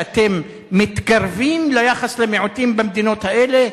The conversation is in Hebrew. שאתם מתקרבים ליחס למיעוטים במדינות האלה,